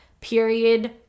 Period